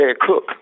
cook